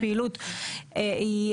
הפעילות היא,